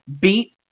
beat